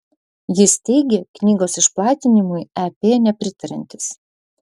jis teigė knygos išplatinimui ep nepritariantis